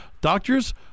Doctors